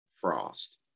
Frost